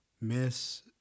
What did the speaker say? miss